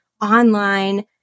online